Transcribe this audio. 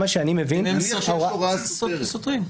יש הוראה סותרת.